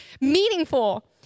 meaningful